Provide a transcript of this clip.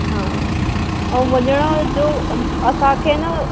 हा ऐं वञण जो असांखे न